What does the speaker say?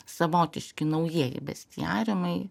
savotiški naujieji bestiarinai